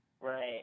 Right